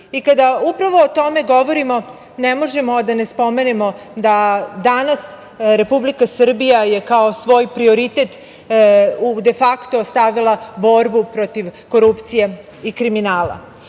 Kada upravo o tome govorimo ne možemo a da ne spomenemo da danas Republike Srbije je kao svoj prioritet defakto stavila borbu protiv korupcije i kriminala.